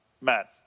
Matt